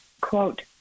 quote